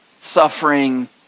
suffering